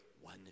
one